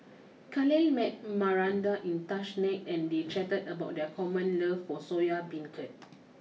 Khalil met Maranda in Tashkent and they chatted about their common love for Soya Beancurd